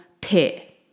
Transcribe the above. pit